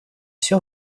все